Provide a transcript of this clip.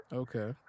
okay